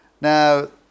Now